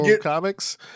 comics